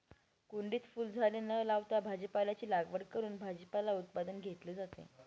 कुंडीत फुलझाडे न लावता भाजीपाल्याची लागवड करून भाजीपाला उत्पादन घेतले जाते